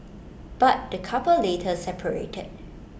but the couple later separated